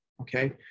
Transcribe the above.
Okay